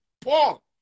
Paul